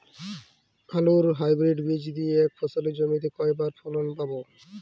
আলুর হাইব্রিড বীজ দিয়ে এক ফসলী জমিতে কয়বার ফলন পাব?